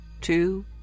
two